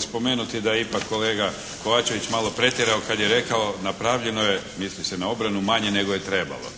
spomenuti da je ipak kolega Kovačević malo pretjerao kad je rekao: «Napravljeno je», misli se na obranu «manje nego je trebalo.»